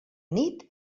nit